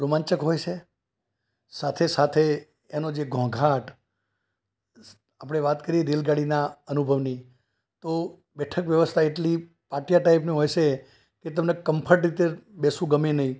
રોમાંચક હોય છે સાથે સાથે એનો જે ઘોંઘાટ આપણે વાત કરી રેલગાડીના અનુભવની તો બેઠક વ્યવસ્થા એટલી પાટિયા ટાઈપની હોય છે એ તમને કમ્ફર્ટ રીતે બેસવું ગમે નહીં